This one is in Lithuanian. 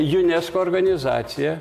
unesco organizacija